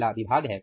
पहला विभाग है